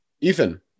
Ethan